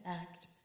act